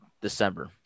December